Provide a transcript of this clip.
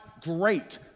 great